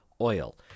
oil